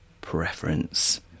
preference